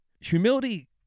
Humility